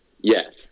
Yes